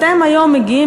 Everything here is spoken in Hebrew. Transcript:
אתם היום מגיעים,